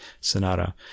sonata